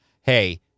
hey